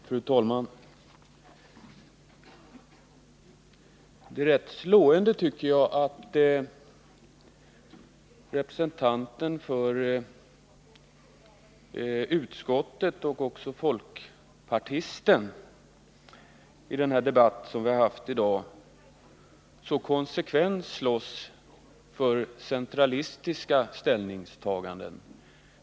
Fru talman! Det är rätt slående, tycker jag, att representanten för utskottet och folkpartiet i den debatt som vi haft här i dag så konsekvent kämpat för centralistiska ställningstaganden.